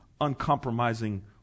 uncompromising